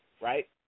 right